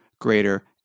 greater